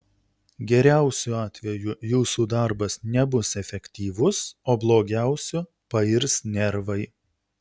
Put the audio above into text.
geriausiu atveju jūsų darbas nebus efektyvus o blogiausiu pairs nervai